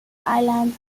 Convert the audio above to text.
island